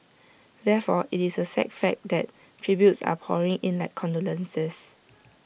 therefore IT is A sad fact that the tributes are pouring in like condolences